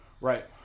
Right